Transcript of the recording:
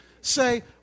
say